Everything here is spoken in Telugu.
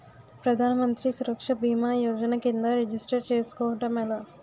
ప్రధాన మంత్రి సురక్ష భీమా యోజన కిందా రిజిస్టర్ చేసుకోవటం ఎలా?